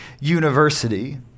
University